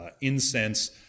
incense